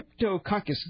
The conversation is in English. Cryptococcus